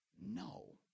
No